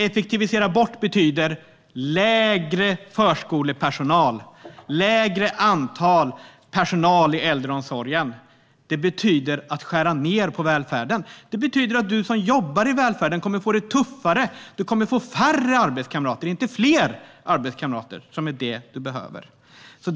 Effektivisera bort betyder: ett mindre antal förskolepersonal och ett mindre antal personal i äldreomsorgen. Det betyder att man skär ned på välfärden. Det betyder att du som jobbar i välfärden kommer att få det tuffare. Du kommer att få färre arbetskamrater, inte fler arbetskamrater, som är det du behöver.